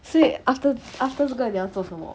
所以 after after 这个你要做什么